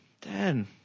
Dan